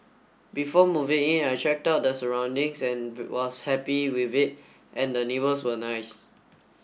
before moving in I checked out the surroundings and was happy with it and the neighbours were nice